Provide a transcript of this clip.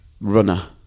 runner